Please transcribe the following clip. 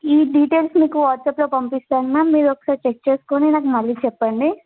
ఈ డీటెయిల్స్ మీకు వాట్సాప్లో పంపిస్తాను మ్యామ్ మీరు ఒకసారి చెక్ చేసుకుని నాకు మళ్ళీ చెప్పండి